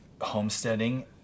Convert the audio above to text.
homesteading